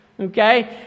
Okay